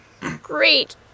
great